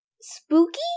spooky